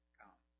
come